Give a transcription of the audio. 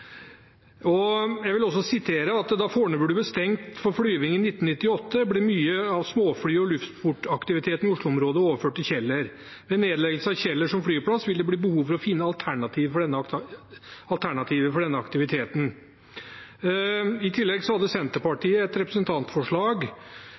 Jeg vil også sitere: «Da Fornebu ble stengt for flyging i 1998, ble mye av småfly- og luftsportsaktiviteten i Oslo-området overført til Kjeller. Ved en nedleggelse av Kjeller som flyplass vil det bli behov for å finne alternativer for denne aktiviteten.» I tillegg hadde Senterpartiet et representantforslag i